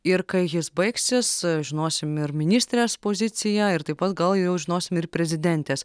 ir kai jis baigsis žinosim ir ministrės poziciją ir taip pat gal ir jau žinosime ir prezidentės